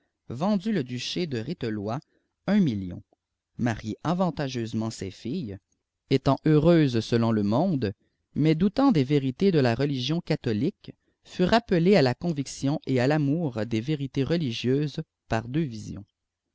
vendu le dudié de hhételoia un million marié avantageusement ses filles étant heureuse selon le monde mais doutant des vérités de la religion catholique fut rappelée à la conviction et à l'amour des vérités religieuses par deux visions